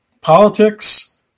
politics